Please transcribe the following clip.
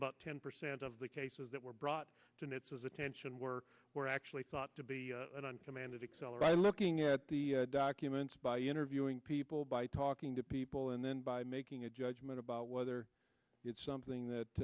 about ten percent of the cases that were brought to its attention were were actually thought to be an uncommanded excel or i looking at the documents by interviewing people by talking to people and then by making a judgment about whether it's something that